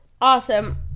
Awesome